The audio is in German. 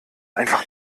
einfach